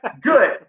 good